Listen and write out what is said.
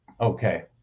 okay